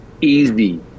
easy